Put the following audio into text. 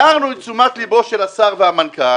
היה לנו את תשומת לבו של השר והמנכ"ל,